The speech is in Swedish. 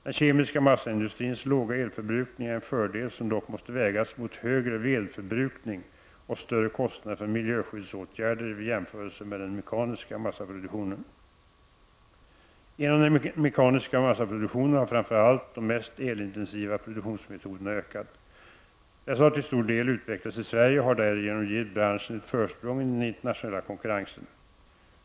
Den kemiska massaindustrins låga elförbrukning är en fördel som dock måste vägas mot högre vedförbrukning och större kostnader för miljöskyddsåtgärder vid jämförelse med den mekaniska massaproduktionen. Inom den mekaniska massaproduktionen har framför allt de mest elintensiva produktionsmetoderna ökat. Dessa har till stor del utvecklats i Sverige och har därigenom givit branschen ett försprång i den internationella konkurrensen.